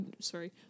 Sorry